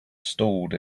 stalled